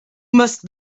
must